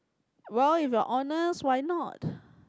well if you're honest why not